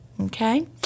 okay